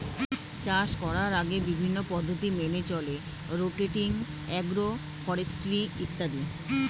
চাষ করার আগে বিভিন্ন পদ্ধতি মেনে চলে রোটেটিং, অ্যাগ্রো ফরেস্ট্রি ইত্যাদি